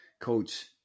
Coach